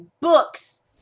books